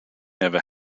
never